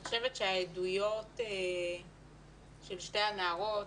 אני חושבת שהעדויות של שתי הנערות,